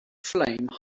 flame